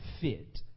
fit